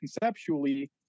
conceptually